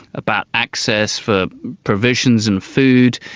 about access for provisions and food.